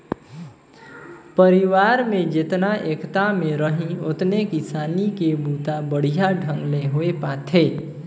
परिवार में जेतना एकता में रहीं ओतने किसानी के बूता बड़िहा ढंग ले होये पाथे